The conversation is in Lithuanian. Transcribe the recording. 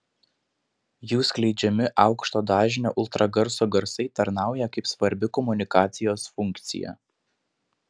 jų skleidžiami aukšto dažnio ultragarso garsai tarnauja kaip svarbi komunikacijos funkcija